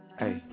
hey